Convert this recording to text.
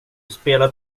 spelar